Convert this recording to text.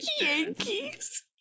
Yankees